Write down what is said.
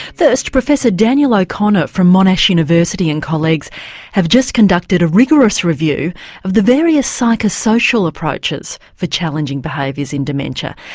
first, professor daniel o'connor from monash university and colleagues have just conducted a rigorous review of the various psychosocial approaches for challenging behaviours in dementia.